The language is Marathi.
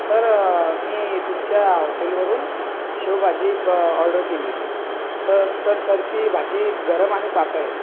सर मी तुमच्या हॉटेलवरून शेवभाजी प ऑर्डर केलेली आहे सर तर सर ती भाजी गरम आणि पातळ आहे